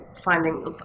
finding